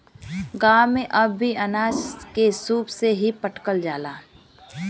गांव में अब भी अनाज के सूप से ही फटकल जाला